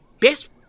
best